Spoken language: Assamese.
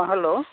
অ' হেল্ল'